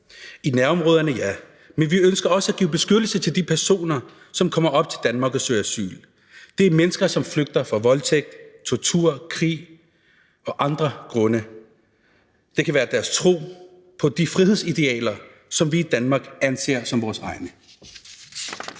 i nærområderne, ja, men vi ønsker også at give beskyttelse til de personer, som kommer op til Danmark og søger asyl. Det er mennesker, som flygter fra voldtægt, tortur, krig og også af andre grunde. Det kan være deres tro på de frihedsidealer, som vi i Danmark anser som vores egne.